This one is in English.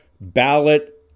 ballot